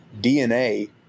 DNA